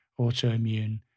autoimmune